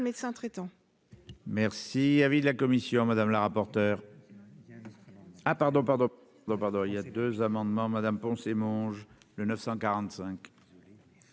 médecin traitant.